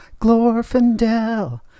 Glorfindel